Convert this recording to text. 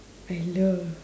I love